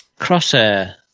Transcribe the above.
Crosshair